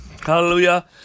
Hallelujah